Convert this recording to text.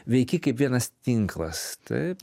veiki kaip vienas tinklas taip